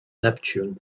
neptune